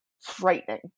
frightening